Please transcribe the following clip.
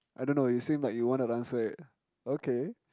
I don't know you seem like you wanted to answer it okay